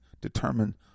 determine